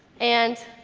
and